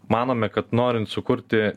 manome kad norint sukurti